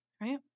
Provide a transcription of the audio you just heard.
right